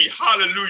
hallelujah